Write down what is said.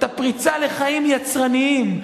את הפריצה לחיים יצרניים,